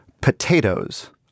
Potatoes